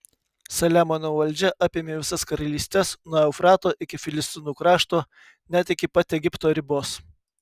saliamono valdžia apėmė visas karalystes nuo eufrato iki filistinų krašto net iki pat egipto ribos